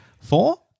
Four